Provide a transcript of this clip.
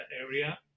area